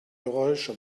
geräusche